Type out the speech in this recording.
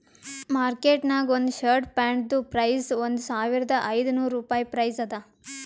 market ನಾಗ್ ಒಂದ್ shirt ಪ್ಯಾಂಟ್ದು ಪ್ರೈಸ್ ಒಂದ್ ಸಾವಿರದ ಐದ ನೋರ್ ರುಪಾಯಿ ಪ್ರೈಸ್ ಅದಾ